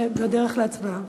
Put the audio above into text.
בדרך להצבעה.